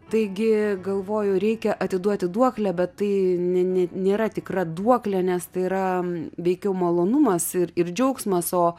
taigi galvoju reikia atiduoti duoklę bet tai nė nė nėra tikra duoklė nes tai yra veikiau malonumas ir ir džiaugsmas o